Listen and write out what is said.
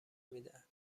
میدهد